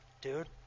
dude